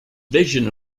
vision